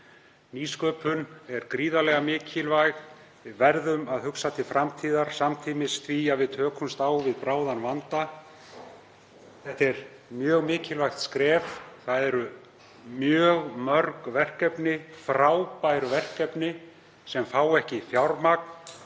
Nýsköpun er gríðarlega mikilvæg. Við verðum að hugsa til framtíðar samtímis því að við tökumst á við bráðan vanda. Þetta er mjög mikilvægt skref. Það eru mjög mörg verkefni, frábær verkefni, sem fá ekki fjármagn